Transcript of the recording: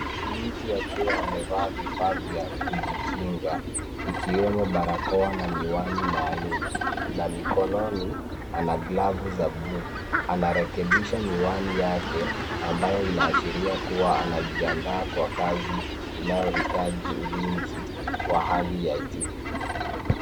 Ni mtu akiwa amevaa vifaa vya kujikinga ikiwemo barakoa na miwani maalum na mikononi ana glavu za bluu. Anarekebisha miwani yake ambayo inaashiria kuwa anajiandaa kwa kazi inayohitaji ulinzi wa hali ya juu.